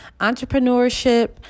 entrepreneurship